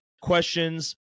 questions